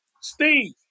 Steve